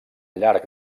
llarg